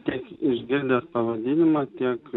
tiek išgirdęs pavadinimą tiek